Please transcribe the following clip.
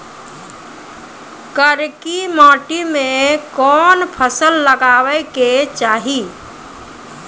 करकी माटी मे कोन फ़सल लगाबै के चाही?